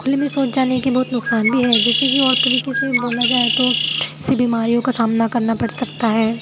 खुले में शौच जाने के बहुत नुक्सान भी है जैसे कि और तरीके से बोला जाए तो ऐसी बीमारियों का सामना करना पड़ सकता है